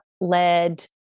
led